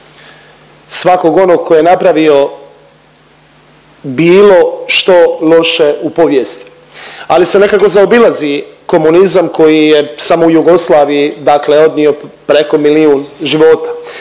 svakog onog ko je napravio bilo što loše u povijesti, ali se nekako zaobilazi komunizam koji je samo u Jugoslaviji dakle odnio preko milijun života.